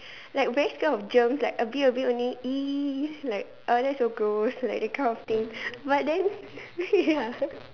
like very scared of germs like a bit a bit only !ee! like !ugh! that's so gross like that kind of thing but then ya